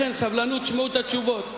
לכן, סבלנות, תשמעו את התשובות.